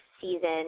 season –